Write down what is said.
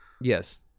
Yes